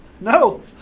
No